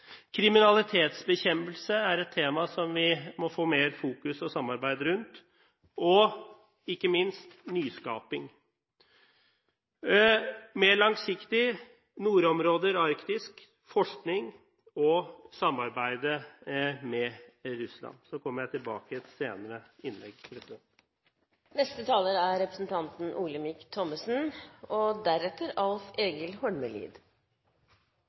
Kriminalitetsbekjempelse er et tema som vi må få mer fokus og samarbeid rundt, og ikke minst nyskaping. Mer langsiktig har vi nordområdene, Arktis, forskning og samarbeid med Russland. Jeg kommer tilbake med et innlegg til senere.